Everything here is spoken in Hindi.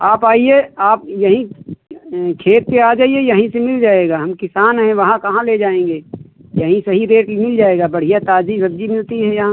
आप आइये आप यही खेत पे आ जाइये यहीं पे मिल जाएगा हम किसान है वहाँ कहाँ ले जाएंगे यहीं सही रेट मिल जायेगा बढ़ियाँ ताज़ी सब्ज़ी मिलती है यहाँ